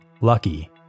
Lucky